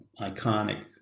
iconic